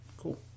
Cool